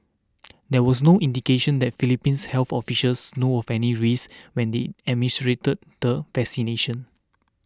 there was no indication that Philippines health officials know of any risks when they administered the vaccination